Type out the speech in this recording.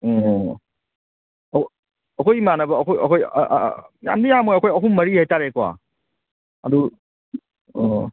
ꯑꯣ ꯑꯧ ꯑꯩꯈꯣꯏ ꯏꯃꯥꯟꯅꯕ ꯑꯩꯈꯣꯏ ꯑꯩꯈꯣꯏ ꯌꯥꯝꯗꯤ ꯌꯥꯝꯃꯣꯏ ꯑꯩꯈꯣꯏ ꯑꯍꯨꯝ ꯃꯔꯤ ꯍꯥꯏꯇꯥꯔꯦꯀꯣ ꯑꯗꯨ ꯑꯣ